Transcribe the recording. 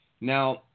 Now